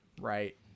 Right